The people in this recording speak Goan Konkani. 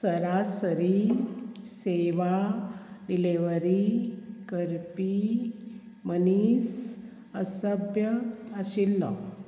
सरासरी सेवा डिलिव्हरी करपी मनीस असभ्य आशिल्लो